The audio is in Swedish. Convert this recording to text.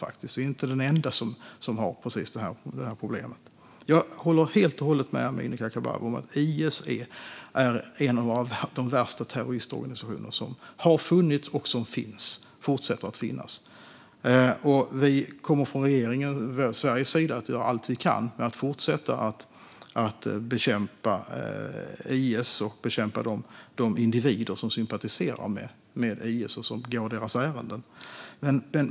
Sverige är inte det enda landet med det problemet. Jag håller helt och hållet med Amineh Kakabaveh om att IS är en av de värsta terroristorganisationerna som har funnits och som fortsätter att finnas. Vi kommer från den svenska regeringens sida att göra allt vi kan med att fortsätta att bekämpa IS och de individer som sympatiserar med IS och går deras ärenden.